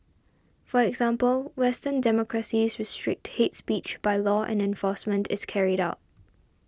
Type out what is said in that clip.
for example Western democracies restrict hates speech by law and enforcement is carried out